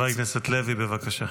חבר הכנסת לוי, בבקשה.